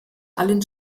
allen